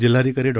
जिल्हाधिकारी डॉ